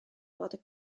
bod